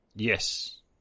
Yes